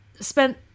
spent